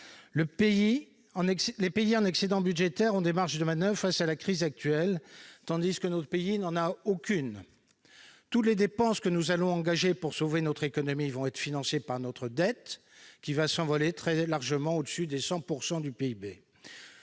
Les pays en excédent budgétaire ont des marges de manoeuvre face à la crise actuelle, tandis que le nôtre n'en a aucune. Toutes les dépenses que nous allons engager pour sauver notre économie vont être financées par notre dette qui va s'envoler très largement au-dessus des 100 % du PIB.